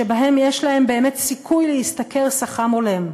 שבהם יש להם באמת סיכוי להשתכר שכר הולם.